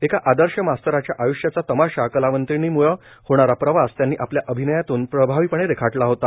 एका आदर्श मास्तराच्या आय्ष्याचा तमाशा कलावंतीणीमुळे होणारा प्रवास त्यांनी आपल्या अभिनयातून प्रभावीपणे रेखाटला होता